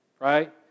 Right